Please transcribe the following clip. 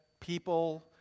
people